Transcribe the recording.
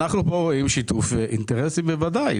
אנחנו פה רואים שיתוף אינטרסים בוודאי,